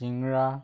চিংৰা